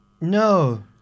No